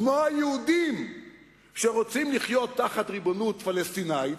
כמו היהודים שרוצים לחיות בריבונות פלסטינית,